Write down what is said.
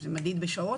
זה מדיד בשעות?